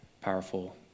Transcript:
powerful